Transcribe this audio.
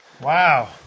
Wow